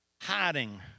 hiding